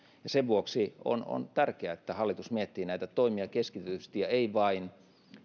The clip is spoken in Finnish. sen vuoksi on on tärkeää että hallitus miettii näitä toimia keskitetysti ja ei vain